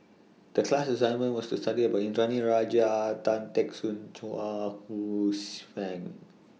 The class assignment was to study about Indranee Rajah Tan Teck Soon Chuang Hsueh Fang